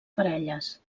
parelles